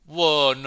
Whoa